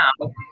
now